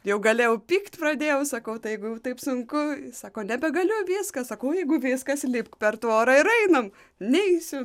jau gale jau pykt pradėjau sakau tai jeigu jau taip sunku sako nebegaliu viskas sakau jeigu viskas lipk per tvorą ir einam neisiu